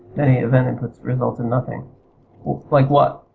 many event inputs result in nothing like what?